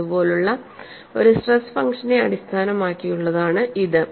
ഇതുപോലുള്ള ഒരു സ്ട്രെസ് ഫംഗ്ഷനെ അടിസ്ഥാനമാക്കിയുള്ളതാണ് ഇത്